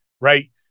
right